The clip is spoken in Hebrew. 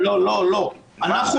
לא, לא.